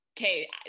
okay